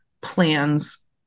plans